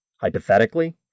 hypothetically